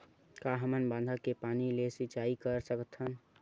का हमन बांधा के पानी ले सिंचाई कर सकथन?